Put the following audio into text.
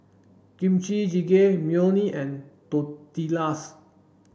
Kimchi Jjigae Imoni and Tortillas